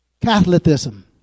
catholicism